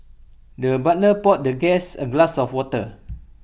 the butler poured the guest A glass of water